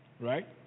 Right